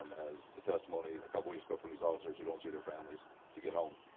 um as the testimony a couple weeks ago from these officers who don't see their families to get home